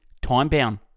time-bound